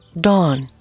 dawn